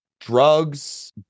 drugs